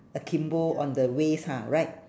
a timbo on the waist ha right